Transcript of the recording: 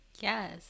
Yes